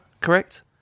correct